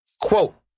Quote